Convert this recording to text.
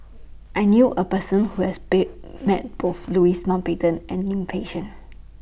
I knew A Person Who has bet Met Both Louis Mountbatten and Lim Fei Shen